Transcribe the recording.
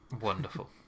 Wonderful